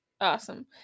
Awesome